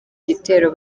gitero